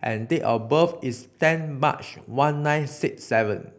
and date of birth is ten March one nine six seven